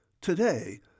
Today